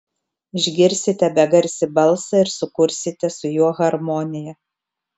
išgirsite begarsį balsą ir sukursite su juo harmoniją